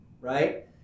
right